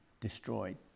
destroyed